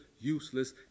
useless